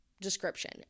description